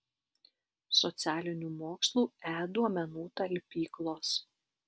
socialinių mokslų e duomenų talpyklos